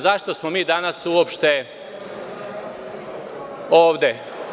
Zašto smo mi danas uopšte ovde?